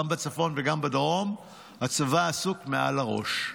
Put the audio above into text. גם בצפון וגם בדרום הצבא עסוק מעל לראש.